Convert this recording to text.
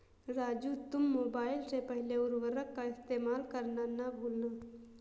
राजू तुम मोबाइल से पहले उर्वरक का इस्तेमाल करना ना भूलना